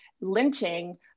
lynching